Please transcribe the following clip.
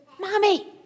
Mommy